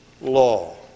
law